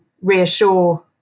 reassure